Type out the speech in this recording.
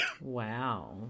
Wow